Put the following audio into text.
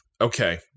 okay